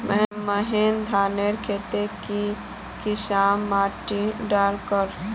महीन धानेर केते की किसम माटी डार कर?